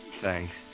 Thanks